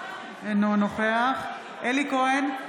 אינו נוכח אלי כהן,